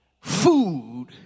food